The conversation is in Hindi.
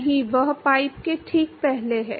नहीं वह पाइप के ठीक पहले है